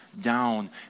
down